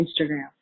Instagram